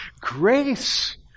grace